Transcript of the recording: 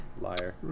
Liar